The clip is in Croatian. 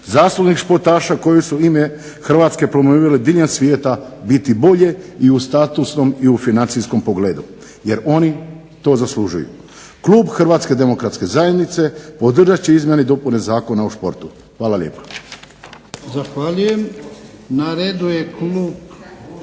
zaslužnih športaša koji su ime Hrvatske promovirali diljem svijeta biti bolje i u statusnom i u financijskom pogledu jer oni to zaslužuju. Klub Hrvatske demokratske zajednice podržat će izmjene i dopune Zakona o športu. Hvala lijepo. **Jarnjak,